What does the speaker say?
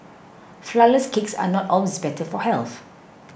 Flourless Cakes are not always better for health